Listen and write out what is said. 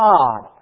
God